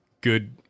good